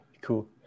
cool